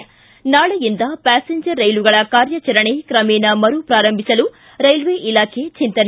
ಿ ನಾಳೆಯಿಂದ ಪ್ಲಾಸೆಂಜರ್ ರೈಲುಗಳ ಕಾರ್ಯಾಚರಣೆ ಕ್ರಮೇಣ ಮರು ಪಾರಂಭಿಸಲು ರೈಲ್ಲೆ ಇಲಾಖೆ ಚಿಂತನೆ